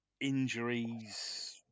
injuries